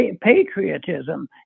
patriotism